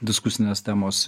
diskusinės temos